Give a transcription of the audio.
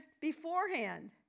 beforehand